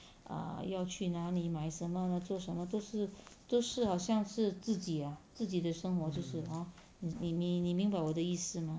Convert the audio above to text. err 要去哪里买什么 lah 做什么都是都是好像是自己 ah 自己的生活就是 hor 你你你你明白我的意思吗